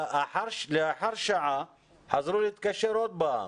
לאחר שעה חזרו להתקשר עוד פעם.